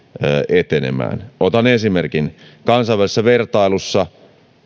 etenemään otan esimerkin kansainvälisessä vertailussa